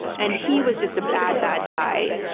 and he was just a bad, bad guy.